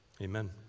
Amen